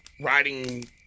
riding